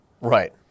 Right